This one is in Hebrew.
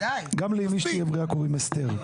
גם לאמי היקרה קוראים אסתר,